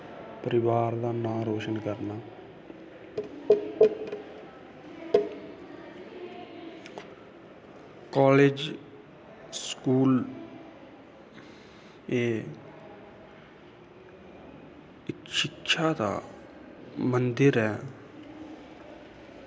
परिवार दा नां रोशन करना कालेज़ स्कूल एह् इक शिक्षा दा मंदिर ऐ